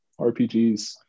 rpgs